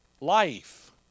life